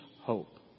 hope